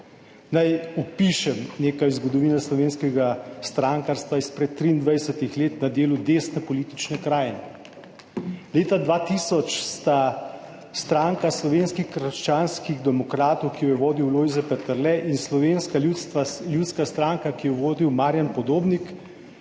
Naj opišem nekaj zgodovine slovenskega strankarstva izpred 23. let na delu desne politične krajine. Leta 2000 sta stranka Slovenskih krščanskih demokratov, ki jo je vodil Lojze Peterle in Slovenska ljudska stranka, ki jo je vodil Marjan Podobnik,